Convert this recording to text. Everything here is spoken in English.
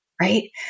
right